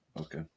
Okay